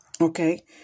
Okay